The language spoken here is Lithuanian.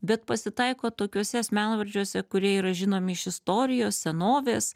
bet pasitaiko tokiuose asmenvardžiuose kurie yra žinomi iš istorijos senovės